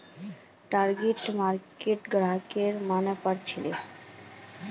target market ग्राहकेर मनेर पर हछेक